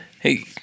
Hey